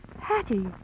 Hattie